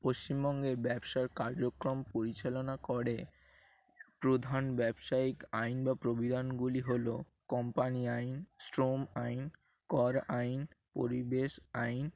পশ্চিমবঙ্গে ব্যবসার কার্যক্রম পরিচালনা করে প্রধান ব্যবসায়িক আইন বা প্রবিধানগুলি হলো কোম্পানি আইন শ্রম আইন কর আইন পরিবেশ আইন